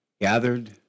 gathered